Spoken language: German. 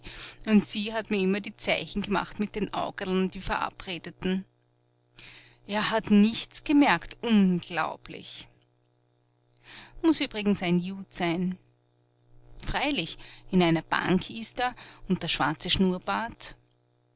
und sie hat mir immer die zeichen gemacht mit den augerln die verabredeten er hat nichts gemerkt unglaublich muß übrigens ein jud sein freilich in einer bank ist er und der schwarze schnurrbart